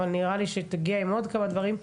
אבל נראה לי שתגיע עם עוד כמה דברים,